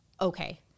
okay